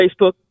Facebook